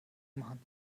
machen